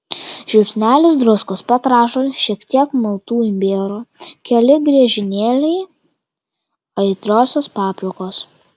žiupsnelis druskos petražolių šiek tiek maltų imbierų keli griežinėliai aitriosios paprikos